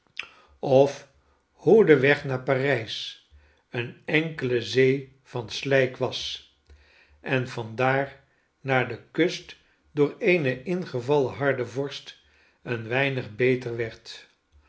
of hoe de weg naar parys een enkelezee van slijk was en vandaar naar de kust door eene ingevallen harde vorst een weinig beter werd